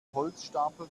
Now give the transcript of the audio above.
holzstapel